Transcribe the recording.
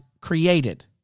created